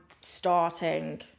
starting